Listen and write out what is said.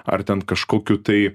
ar ten kažkokiu tai